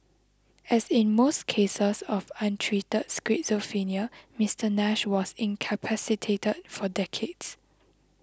as in most cases of untreated schizophrenia Mister Nash was incapacitated for decades